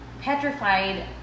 petrified